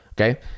Okay